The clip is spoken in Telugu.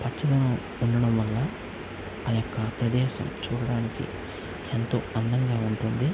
పచ్చదనం ఉండడం వల్ల ఆ యొక్క ప్రదేశం చూడడానికి ఎంతో అందంగా ఉంటుంది